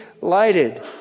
lighted